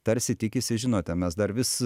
tarsi tikisi žinote mes dar vis